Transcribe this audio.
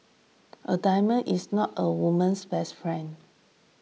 a diamond is not a woman's best friend